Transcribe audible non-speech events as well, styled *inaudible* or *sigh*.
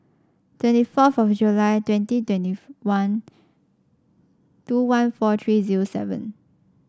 twenty four of July twenty twenty *unintelligible* one two one four three zero seven